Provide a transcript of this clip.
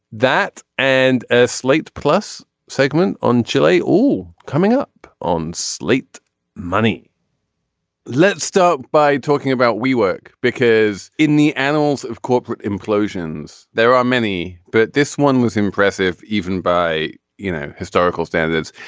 that and a slate plus segment on chili all coming up on slate money let us start by talking about we work because in the annals of corporate implosions there are many but this one was impressive even by you know historical standards.